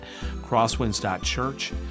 crosswinds.church